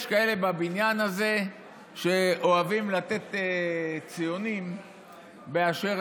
יש כאלה בבניין הזה שאוהבים לתת ציונים באשר